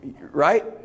right